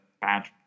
bad